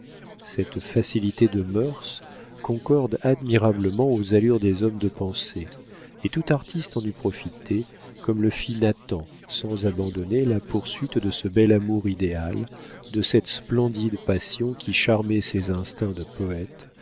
cette facilité de mœurs concorde admirablement aux allures des hommes de pensée et tout artiste en eût profité comme le fit nathan sans abandonner la poursuite de ce bel amour idéal de cette splendide passion qui charmait ses instincts de poète